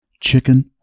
chicken